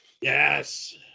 Yes